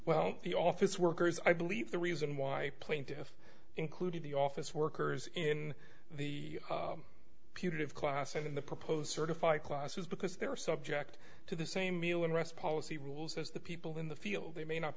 well the office workers i believe the reason why plaintiffs included the office workers in the punitive class and in the proposed certify classes because they are subject to the same meal and rest policy rules as the people in the field they may not